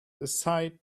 aside